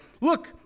Look